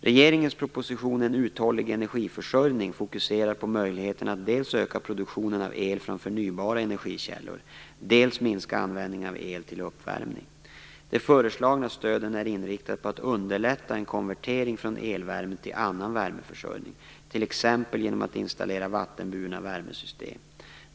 Regeringens proposition En uthållig energiförsörjning fokuserar möjligheterna att dels öka produktionen av el från förnybara energikällor, dels minska användningen av el till uppvärmning. De föreslagna stöden är inriktade på att underlätta en konvertering från elvärme till annan värmeförsörjning, t.ex. genom att installera vattenburna värmesystem.